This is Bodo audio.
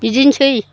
बिदिनोसै